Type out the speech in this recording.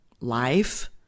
life